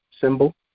symbol